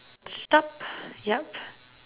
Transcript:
stop yup